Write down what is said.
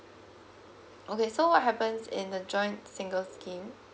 okay so what happens in the joints single scheme